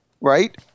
right